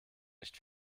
nicht